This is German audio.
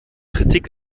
kritik